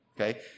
Okay